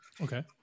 Okay